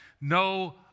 No